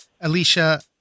Alicia